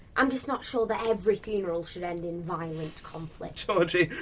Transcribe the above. i'm just not sure that every funeral should end in violent conflict. georgie,